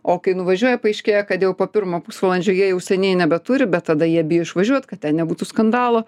o kai nuvažiuoja paaiškėja kad jau po pirmo pusvalandžio jie jau seniai nebeturi bet tada jie bijo išvažiuot kad ten nebūtų skandalo